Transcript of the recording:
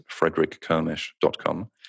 frederickkermish.com